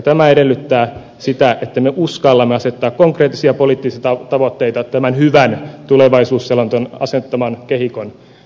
tämä edellyttää sitä että me uskallamme asettaa konkreettisia poliittisia tavoitteita tämän hyvän tulevaisuusselonteon asettaman kehikon päälle